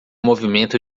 movimento